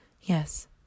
Yes